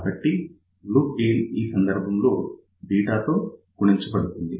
కాబట్టి loop gain ఈ సందర్భంలో β తో గుణకారం చేయబడుతుంది